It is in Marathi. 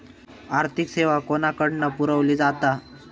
आर्थिक सेवा कोणाकडन पुरविली जाता?